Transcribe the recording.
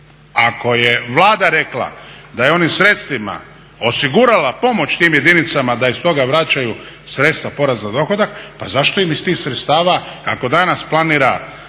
Ako je Vlada rekla da je onim sredstvima osigurala pomoć tim jedinicama da iz toga vraćaju sredstva poreza na dohodak, pa zašto im iz tih sredstava ako danas planira